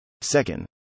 Second